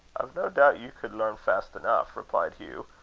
no doubt you could learn fast enough, replied hugh.